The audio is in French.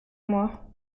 moi